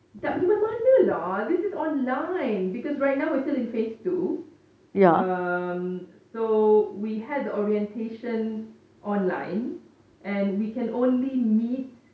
tak pergi mana-mana lah this is online because right now we are still in phase two um so we had the orientation online and we can only meet